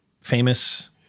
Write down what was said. famous